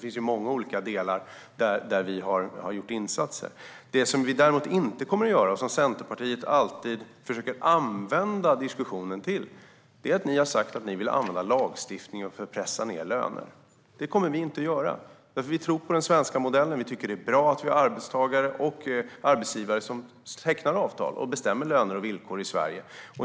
Vi har alltså gjort insatser på många olika områden. Vad vi däremot inte kommer att göra är att pressa ned löner med hjälp av lagstiftning. Centerpartiet försöker alltid använda diskussionen till att säga att ni vill göra det. Det kommer vi inte att göra. Vi tror nämligen på den svenska modellen. Vi tycker att det är bra att vi har arbetstagare och arbetsgivare som tecknar avtal och bestämmer löner och villkor i Sverige.